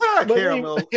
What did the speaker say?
Caramel